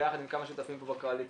ביחד עם כמה שותפים פה בקואליציה,